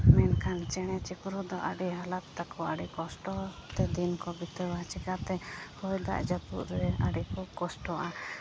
ᱢᱮᱱᱠᱷᱟᱱ ᱪᱮᱬᱮ ᱪᱤᱯᱨᱩᱫ ᱫᱚ ᱟᱹᱰᱤ ᱦᱟᱞᱚᱛ ᱛᱟᱠᱚ ᱟᱹᱰᱤ ᱠᱚᱥᱴᱚ ᱛᱮ ᱫᱤᱱ ᱠᱚ ᱵᱤᱛᱟᱹᱣᱟ ᱪᱤᱠᱟᱛᱮ ᱦᱚᱭ ᱫᱟᱜ ᱡᱟᱹᱯᱩᱫ ᱨᱮ ᱟᱹᱰᱤ ᱠᱚ ᱠᱚᱥᱴᱚᱜᱼᱟ